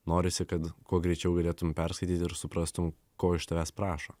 norisi kad kuo greičiau galėtum perskaityt ir suprastum ko iš tavęs prašo